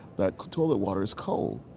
that toilet water is cold,